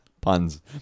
Puns